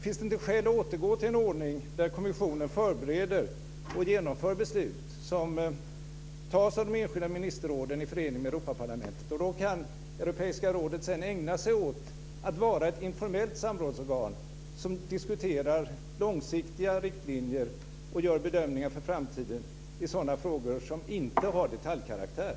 Finns det inte skäl att återgå till en ordning där kommissionen förbereder och genomför beslut som fattas av de enskilda ministerråden i förening med Europaparlamentet? Då kan Europeiska rådet ägna sig åt att vara ett informellt samrådsorgan som diskuterar långsiktiga riktlinjer och gör bedömningar för framtiden i sådana frågor som inte har detaljkaraktär.